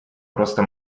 просто